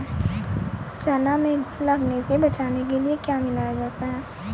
चना में घुन लगने से बचाने के लिए क्या मिलाया जाता है?